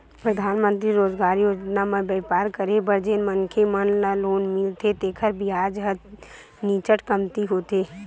परधानमंतरी रोजगार योजना म बइपार करे बर जेन मनखे मन ल लोन मिलथे तेखर बियाज ह नीचट कमती होथे